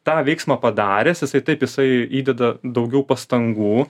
tą veiksmą padaręs jisai taip jisai įdeda daugiau pastangų